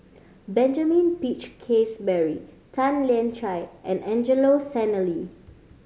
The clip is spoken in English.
Benjamin Peach Keasberry Tan Lian Chye and Angelo Sanelli